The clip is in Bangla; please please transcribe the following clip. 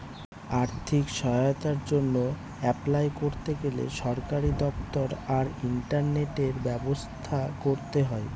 আর্থিক সহায়তার জন্য অ্যাপলাই করতে গেলে সরকারি দপ্তর আর ইন্টারনেটের ব্যবস্থা করতে হয়